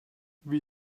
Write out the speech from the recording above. wie